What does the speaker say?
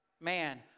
man